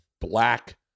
black